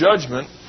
judgment